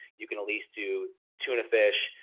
you can at least do tuna fish,